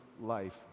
life